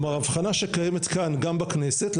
כלומר ההבחנה שקיימת כאן גם בכנסת,